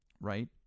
Right